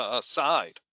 side